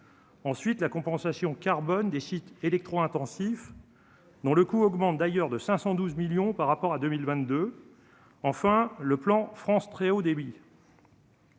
ensuite la compensation carbone des sites électro-intensifs dont le coût augmente d'ailleurs de 512 millions par rapport à 2022 enfin, le plan France très haut débit.